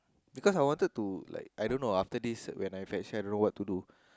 because I wanted to like I don't know after this when I finish ever what to do